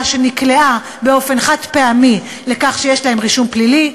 שנקלעו באופן חד-פעמי לכך שיש להם רישום פלילי,